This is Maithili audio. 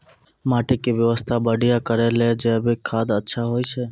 माटी के स्वास्थ्य बढ़िया करै ले जैविक खाद अच्छा होय छै?